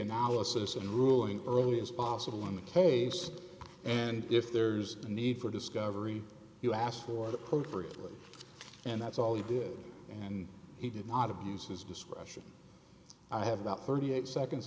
analysis and ruling early as possible in the case and if there's a need for discovery you asked for it appropriately and that's all he did and he did not abuse his discretion i have about thirty eight seconds